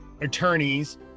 attorneys